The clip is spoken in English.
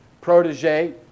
protege